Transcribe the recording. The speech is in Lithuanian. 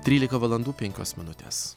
trylika valandų penkios minutės